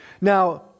Now